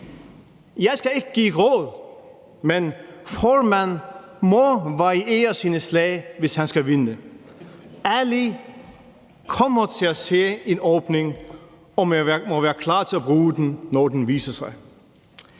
Jeg skal ikke give råd, men Foreman må variere sine slag, hvis han skal vinde. Ali kommer til at se en åbning og vil være klar til at bruge den, når den viser sig.